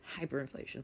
hyperinflation